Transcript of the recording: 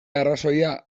arrazoia